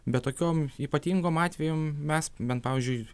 bet tokiom ypatingom atvejum mes bent pavyzdžiui